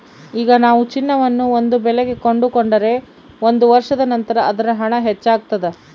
ಈಗ ನಾವು ಚಿನ್ನವನ್ನು ಒಂದು ಬೆಲೆಗೆ ಕೊಂಡುಕೊಂಡರೆ ಒಂದು ವರ್ಷದ ನಂತರ ಅದರ ಹಣ ಹೆಚ್ಚಾಗ್ತಾದ